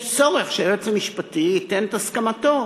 יש צורך שהיועץ המשפטי ייתן את הסמכתו,